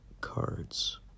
cards